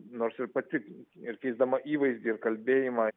nors ir pati ir keisdama įvaizdį ir kalbėjimą